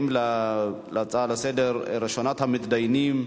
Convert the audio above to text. התשע"ב 2011,